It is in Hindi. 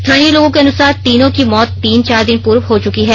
स्थानीय लोगों के अनुसार तीनों की मौत तीन चार दिन पूर्व हो चुकी है